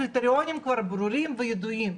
הקריטריונים כבר ברורים וידועים.